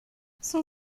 son